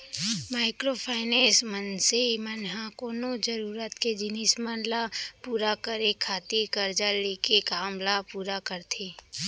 micro finance, मनसे मन ह कोनो जरुरत के जिनिस मन ल पुरा करे खातिर करजा लेके काम ल पुरा करथे